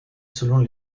selon